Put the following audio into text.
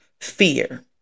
Fear